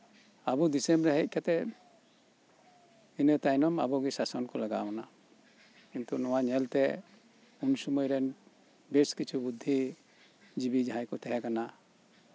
ᱟᱵᱚ ᱫᱤᱥᱚᱢᱨᱮ ᱦᱮᱡ ᱠᱟᱛᱮᱫ ᱤᱱᱟᱹ ᱛᱟᱭᱱᱚᱢ ᱟᱵᱚᱜᱮ ᱥᱟᱥᱚᱱ ᱠᱚ ᱞᱟᱜᱟᱣ ᱮᱱᱟ ᱠᱤᱱᱛᱩ ᱱᱚᱶᱟ ᱧᱮᱞᱛᱮ ᱩᱱ ᱥᱚᱢᱚᱭ ᱨᱮᱱ ᱵᱮᱥ ᱠᱤᱪᱷᱩ ᱵᱩᱫᱽᱫᱷᱤ ᱡᱤᱵᱤ ᱡᱟᱦᱟᱸᱭ ᱠᱚ ᱛᱟᱦᱮᱸ ᱠᱟᱱᱟ